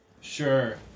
Sure